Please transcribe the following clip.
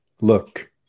Look